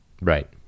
Right